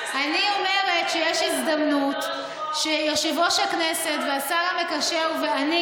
אני אומרת שיש הזדמנות שיושב-ראש הכנסת והשר המקשר ואני